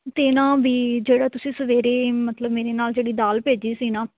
ਅਤੇ ਨਾ ਵੀ ਜਿਹੜਾ ਤੁਸੀਂ ਸਵੇਰੇ ਮਤਲਬ ਮੇਰੇ ਨਾਲ ਜਿਹੜੀ ਦਾਲ ਭੇਜੀ ਸੀ ਨਾ